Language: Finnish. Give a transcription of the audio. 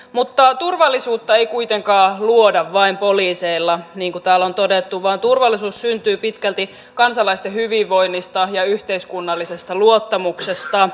mutta turvallisuutta ei kuitenkaan luoda vain poliiseilla niin kuin täällä on todettu vaan turvallisuus syntyy pitkälti kansalaisten hyvinvoinnista ja yhteiskunnallisesta luottamuksesta